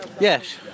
Yes